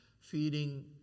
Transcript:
feeding